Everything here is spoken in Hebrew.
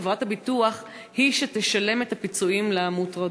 חברת הביטוח היא שתשלם את הפיצויים למוטרדות.